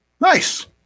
Nice